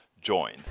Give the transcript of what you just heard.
join